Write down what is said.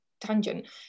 tangent